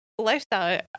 lifestyle